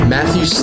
Matthew